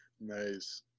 Nice